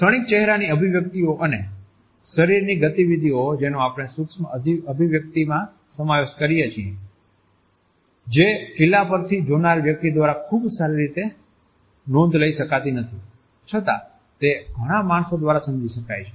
ક્ષણીક ચહેરાની અભિવ્યક્તિઓ અને શરીરની ગતિવિધિઓ જેનો આપણે સૂક્ષ્મ અભિવ્યક્તિમાં સમાવેશ કરીએ છીએ જે કિલ્લા પરથી જોનારા વ્યક્તિ દ્વારા ખૂબ સારી રીતે નોંધ લઈ શકાતી નથી છતાં તે ઘણા માણસો દ્વારા સમજી શકાય છે